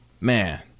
Man